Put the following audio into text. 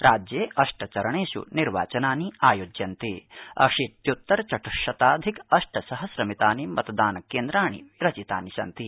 राज्य अष्ट चरणष्ट्रनिर्वाचनानि आयोज्यन्त अशीत्य्तर चत्श्शताधिक अष्ट सहस्र मितानि मतदान कच्चिाणि रचितानि सन्ति